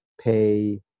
pay